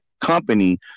company